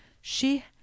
She